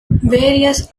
various